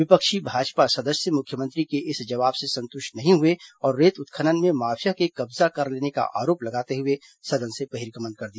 विपक्षी भाजपा सदस्य मुख्यमंत्री के इस जवाब से संतुष्ट नहीं हुए और रेत उत्खनन में माफिया के कब्जा कर लेने का आरोप लगाते हुए सदन से बहिर्गमन कर दिया